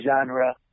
genre